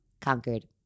conquered